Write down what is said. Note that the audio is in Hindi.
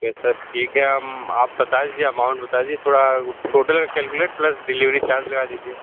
ठीक है हम आप बता दीजिए अमाउन्ट बता दीजिए थोड़ा total calculate plus delivery charge लगा दीजिए